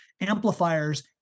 amplifiers